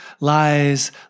Lies